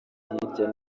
hirya